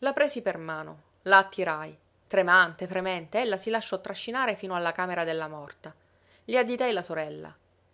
la presi per mano la attirai tremante fremente ella si lasciò trascinare fino alla camera della morta le additai la sorella